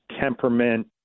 temperament